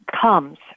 comes